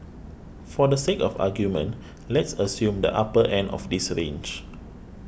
for the sake of argument let's assume the upper end of this range